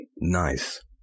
Nice